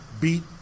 Beat